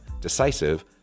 decisive